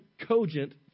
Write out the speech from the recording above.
cogent